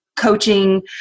coaching